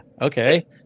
okay